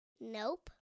Nope